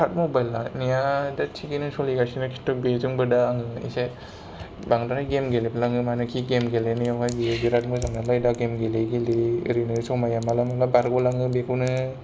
third mobile लानाया दा थिगैनो सलिगासनो किन्तु बेजोंबो दा आङो एसे बांद्राय गेम गेलफ्लाङो मानोकि गेम गेलेनायावहाय बियो बिराद मोजांनालाय दा गेम गेलेयै गेलेयै ओरैनो समाया माला माला बारग' लाङो बेखौनो